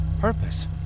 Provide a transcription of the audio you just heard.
purpose